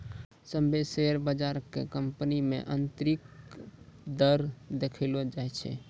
सभ्भे शेयर बजार के कंपनी मे आन्तरिक दर देखैलो जाय छै